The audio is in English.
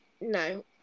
no